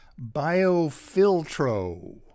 BioFiltro